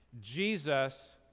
Jesus